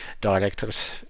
directors